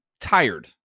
tired